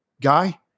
guy